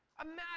Imagine